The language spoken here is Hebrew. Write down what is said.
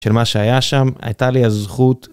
של מה שהיה שם, הייתה לי הזכות...